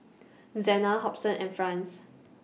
Zena Hobson and Franz